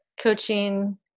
coaching